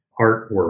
artwork